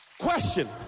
Question